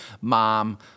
mom